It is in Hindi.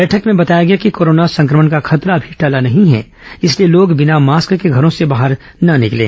बैठक में बताया गया कि कोरोना संक्रमण का खतरा अभी टला नहीं है इसलिए लोग बिना मास्क के घरों से बाहर न निकलें